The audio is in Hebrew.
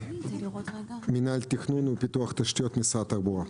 ממנהל תכנון ופיתוח תשתיות במשרד התחבורה.